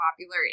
popular